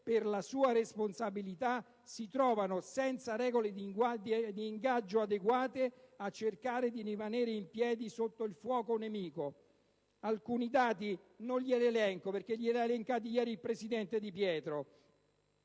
per la sua responsabilità, si trovano senza regole di ingaggio adeguate a cercare di rimanere in piedi sotto il fuoco nemico. Non le elenco i dati perché lo ha già fatto ieri il presidente Di Pietro.